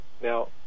Now